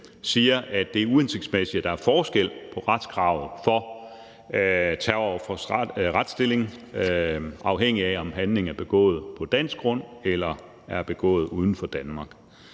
siger, at det er uhensigtsmæssigt, at der er forskel på retskravet for terrorofres retsstilling, afhængigt af om handlingen er begået på dansk grund eller er begået uden for Danmark.